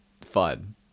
fun